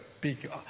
big